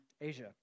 Asia